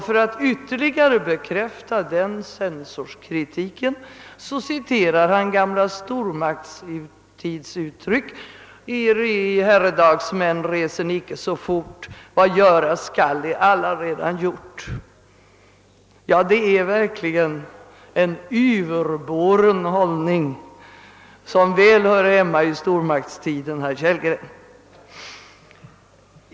För att ytterligare bekräfta den censorskritiken citerar han ett gammalt stormaktstidsuttryck: »I herredagsmän, resen icke så fort, vad göras skall är allaredan gjort!» Det är verkligen en yverboren hållning, som väl hör hemma i stormaktstiden, herr Kellgren.